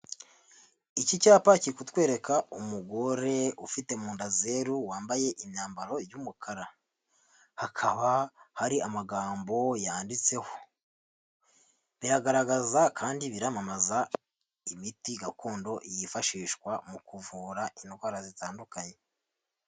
Iki cyapa kiri kutwereka umugore ufite mu nda zeru wambaye imyambaro y'umukara, hakaba hari amagambo yanditseho, biragaragaza kandi biramamaza imiti gakondo yifashishwa mu kuvura indwara zitandukanye.